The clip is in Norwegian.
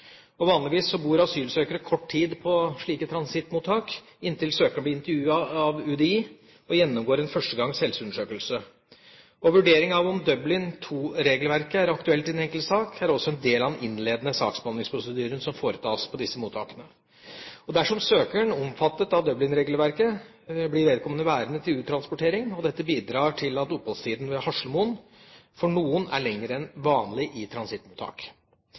bor asylsøkere kort tid på slike transittmottak, inntil søkeren blir intervjuet av UDI og gjennomgår en førstegangs helseundersøkelse. Vurdering av om Dublin II-regelverket er aktuelt i den enkelte sak, er også en del av den innledende saksbehandlingsprosedyren som foretas på disse mottakene. Dersom søkeren er omfattet av Dublin-regelverket, blir vedkommende værende til uttransportering, og dette bidrar til at oppholdstida ved Haslemoen for noen er lengre enn vanlig i transittmottak.